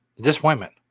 Disappointment